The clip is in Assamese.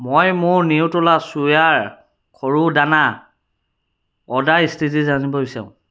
মই মোৰ নিউট্ৰেলা চোয়াৰ সৰু দানা অৰ্ডাৰ স্থিতি জানিব বিচাৰোঁ